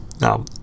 Now